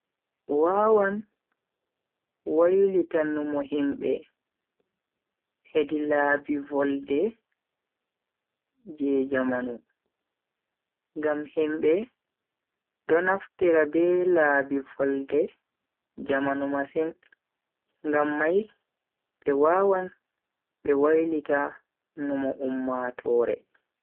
Wawan wailita numo himbe hedi laabi volde je jamanu. ngam himbe do naftira be laabi volde jamanu masin, ngam mai be wawan be wailita numo ummatoore.